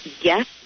yes